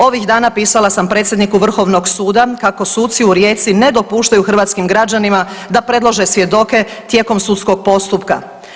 Ovih dana pisala sam predsjedniku Vrhovnog suda kako suci u Rijeci ne dopuštaju hrvatskim građanima da predlože svjedoke tijekom sudskog postupka.